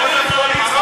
בכנס, לא במושב.